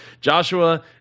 Joshua